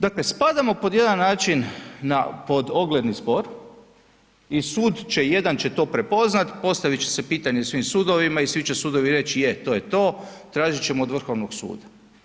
Dakle, spadamo pod jedan način pod ogledni spor i sud će jedan će to prepoznati, postavit će se pitanje svim sudovima i svi će sudovi reći je to je to, tražit ćemo od Vrhovnog suda.